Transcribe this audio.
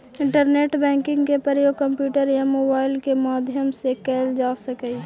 internet banking के प्रयोग computer या मोबाइल के माध्यम से कैल जा सकऽ हइ